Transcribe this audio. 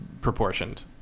proportioned